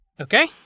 Okay